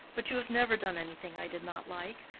but you have never done anything i did not like.